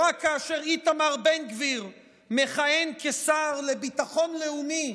או רק כאשר איתמר בן גביר מכהן כשר לביטחון הלאומי,